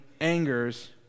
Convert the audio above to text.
angers